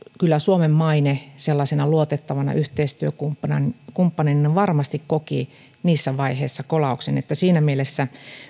kyllä suomen maine sellaisena luotettavana yhteistyökumppanina varmasti koki siinä vaiheessa kolauksen siinä mielessä